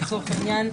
לצורך העניין,